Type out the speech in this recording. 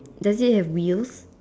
does it have wheels